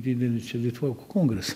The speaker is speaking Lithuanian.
didelį čia litvakų kongres